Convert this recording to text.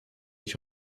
ich